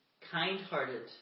kind-hearted